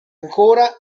ancora